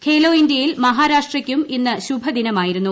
ഖേലോ ഇന്ത്യയിൽ മഹാരാഷ്ട്രയ്ക്കും ഇന്ന് ശുഭദിനമായിരുന്നു